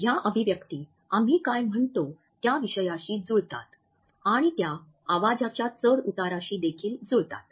ह्या अभिव्यक्ती आम्ही काय म्हणतो त्या विषयाशी जुळतात आणि त्या आवाजाच्या चढ उताराशी देखील जुळतात